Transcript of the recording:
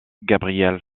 gabriel